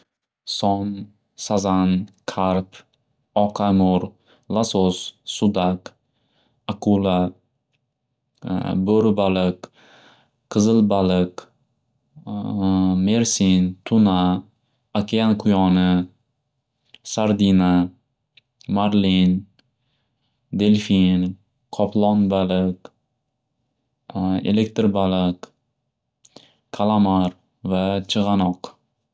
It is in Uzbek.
Son, sazan, qarp, oqamur, lasos, sudak, aqula, bo'ri baliq, qizil baliq, mersin, tuna, akean quyoni, sardina, marlin, delfin, qoplon baliq, elektr baliq, qalamar va chig'anoq.